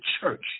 church